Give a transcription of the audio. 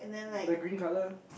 the green colour